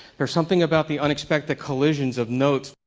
there's something about the unexpected collisions of notes.